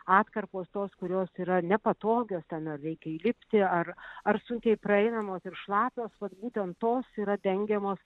atkarpos tos kurios yra nepatogios ten ar reikia įlipti ar ar sunkiai praeinamos ir šlapios vat būtent tos yra dengiamos